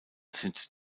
sind